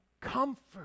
comfort